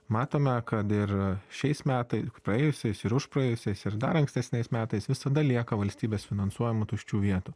matome kad ir šiais metai praėjusiais ir užpraėjusiais ir dar ankstesniais metais visada lieka valstybės finansuojamų tuščių vietų